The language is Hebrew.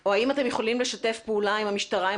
או האם אתם יכולים לשתף פעולה עם המשטרה,